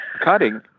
cutting